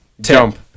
jump